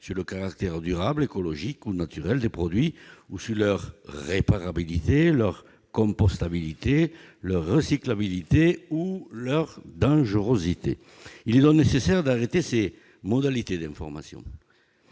sur le caractère durable, écologique ou naturel des produits ou sur leur réparabilité, leur compostabilité, leur recyclabilité ou leur dangerosité. Il est donc nécessaire d'arrêter ces modalités d'information.